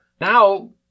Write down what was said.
now